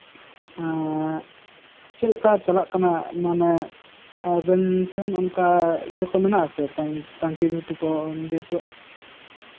ᱮᱜ ᱪᱮᱫ ᱞᱮᱠᱟ ᱪᱟᱞᱟᱜ ᱠᱟᱱᱟ ᱟᱵᱮᱱ ᱴᱷᱮᱱ ᱚᱱᱠᱟ ᱤᱭᱟᱹ ᱠᱚ ᱢᱮᱱᱟᱜ ᱟᱥᱮ ᱯᱟᱧᱪᱤ ᱫᱷᱩᱛᱤ ᱠᱚ